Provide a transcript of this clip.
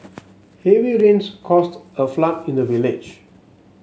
heavy rains caused a flood in the village